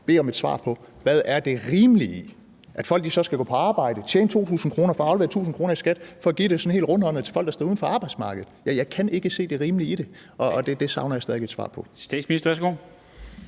bede om et svar på: Hvad er det rimelige i, at folk skal gå på arbejde, tjene 2.000 kr., aflevere 1.000 kr. i skat for at give dem sådan helt rundhåndet til folk, der står uden for arbejdsmarkedet? Jeg kan ikke se det rimelige i det. Det savner jeg stadig væk et svar på.